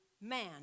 man